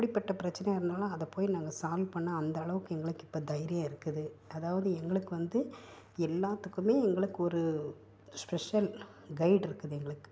எப்படிப்பட்ட பிரச்சனையாக இருந்தாலும் அதை போயி நாங்கள் சால்வ் பண்ண அந்த அளவுக்கு எங்களுக்கு இப்போ தைரியம் இருக்குது அதாவது எங்களுக்கு வந்து எல்லாத்துக்குமே எங்களுக்கு ஒரு ஸ்பெஷல் கைடு இருக்குது எங்களுக்கு